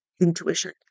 intuition